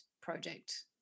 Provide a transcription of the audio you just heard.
project